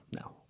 No